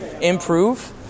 improve